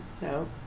No